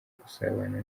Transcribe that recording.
gusabana